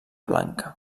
blanca